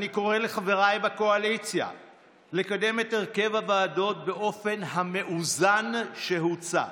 אני קורא לחבריי בקואליציה לקדם את הרכב הוועדות באופן המאוזן שהוצע.